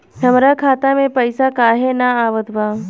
हमरा खाता में पइसा काहे ना आवत बा?